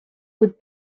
with